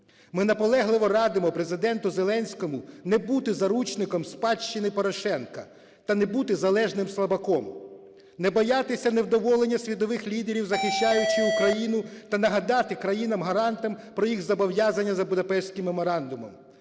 Ми наполегливо радимо Президенту Зеленському не бути заручником спадщини Порошенка та не буди залежним слабаком, не боятися невдоволення світових лідерів, захищаючи Україну та нагадати країнам-гарантам про їх зобов'язання за Будапештським меморандумом.